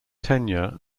tenure